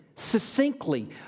Succinctly